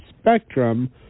spectrum